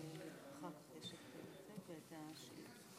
אלחרומי בנושא: